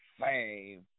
Fame